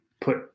put